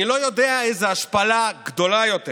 אני לא יודע איזו השפלה גדולה יותר: